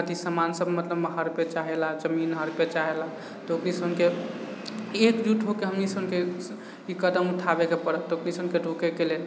अथी सामानसब मतलब हड़पे चाहेला जमीन हड़पे चाहेला तऽ अइसनके एकजुट होइके हमनीसबके ई कदम उठाबैके पड़त तऽ अइसनके रोकैके लेल